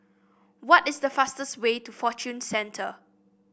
what is the fastest way to Fortune Centre